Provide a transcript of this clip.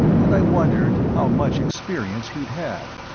and i wondered how much experience he'd had.